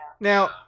now